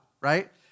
right